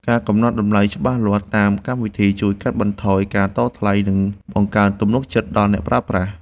ការកំណត់តម្លៃច្បាស់លាស់តាមកម្មវិធី ជួយកាត់បន្ថយការតថ្លៃ និងបង្កើនទំនុកចិត្តដល់អ្នកប្រើប្រាស់។